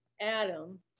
Adam